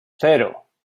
cero